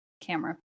camera